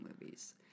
movies